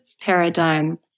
paradigm